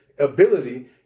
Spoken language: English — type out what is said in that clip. ability